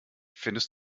findest